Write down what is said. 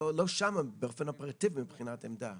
לא שם באופן אופרטיבי מבחינת עמדה.